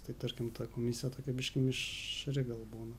tai tarkim ta komisija tokia biškį mišri gal būna